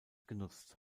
genutzt